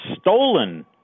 stolen